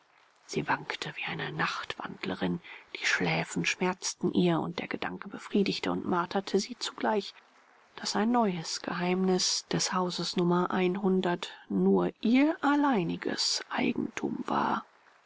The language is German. sie wankte wie eine nachtwandlerin die schläfen schmerzten ihr und der gedanke befriedigte und marterte sie zugleich daß ein neues geheimnis des hauses nr nur ihr alleiniges eigentum war